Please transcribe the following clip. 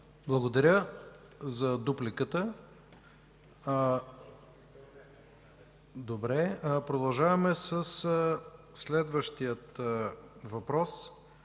Благодаря за дупликата. Продължаваме със следващия въпрос